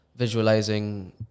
Visualizing